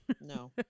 No